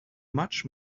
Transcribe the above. much